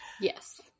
Yes